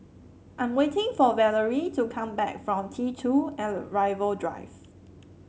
I'm waiting for Valery to come back from T two Arrival Drive